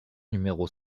numéro